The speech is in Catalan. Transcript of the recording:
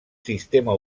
sistema